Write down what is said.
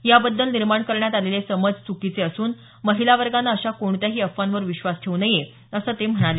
याबद्दल निर्माण करण्यात आलेले समज चुकीचे असून महिला वर्गानं अशा कोणत्याही अफवांवर विश्वास ठेवू नये असं ते म्हणाले